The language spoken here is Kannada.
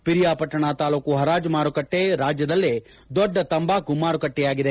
ಪಿರಿಯಾಪಟ್ಟಣ ತಂಬಾಕು ಹರಾಜು ಮಾರುಕಟ್ಟೆ ರಾಜ್ಯದಲ್ಲೇ ದೊಡ್ಡ ತಂಬಾಕು ಮಾರುಕಟ್ಟೆಯಾಗಿದೆ